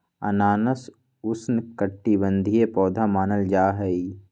अनानास उष्णकटिबंधीय पौधा मानल जाहई